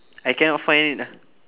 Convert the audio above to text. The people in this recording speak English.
I cannot find it ah